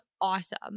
awesome